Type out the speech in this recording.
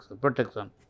protection